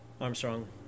Armstrong